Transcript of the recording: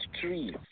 trees